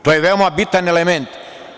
To je veoma bitan element.